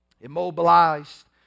immobilized